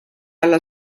alla